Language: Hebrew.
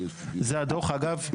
זה הדוח, אגב.